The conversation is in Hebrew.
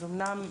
אז אמנם,